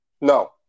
No